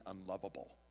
unlovable